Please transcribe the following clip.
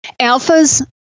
alphas